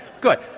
good